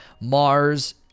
Mars